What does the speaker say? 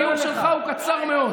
החיוך שלך הוא קצר מאוד.